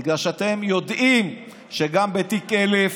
בגלל שאתם יודעים שגם בתיק 1000,